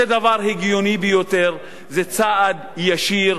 זה דבר הגיוני ביותר, זה צעד ישיר.